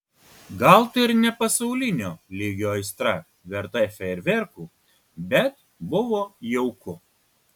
gal tai ir ne pasaulinio lygio aistra verta fejerverkų bet buvo jauku